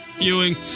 Ewing